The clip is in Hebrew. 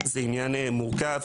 זה עניין מורכב.